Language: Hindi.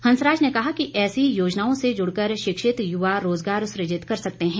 हंसराज ने कहा कि ऐसी योजनाओं से जुड़ कर शिक्षित युवा रोजगार सृजित कर सकते हैं